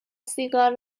سیگار